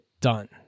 done